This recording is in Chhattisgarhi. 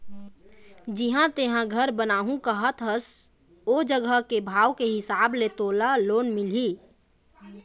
जिहाँ तेंहा घर बनाहूँ कहत हस ओ जघा के भाव के हिसाब ले तोला लोन मिलही